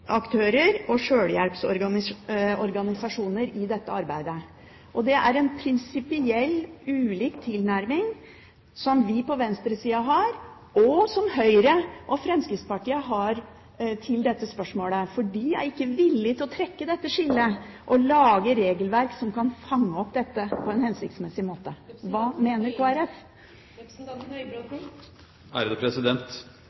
aktører og ideelle nonprofitaktører og sjølhjelpsorganisasjoner i dette arbeidet. Det er en prinsipiell ulik tilnærming til dette spørsmålet fra oss på venstresida og Høyre og Fremskrittspartiet. For de er ikke villige til å trekke dette skillet og lage et regelverk som kan fange opp dette på en hensiktsmessig måte. Hva mener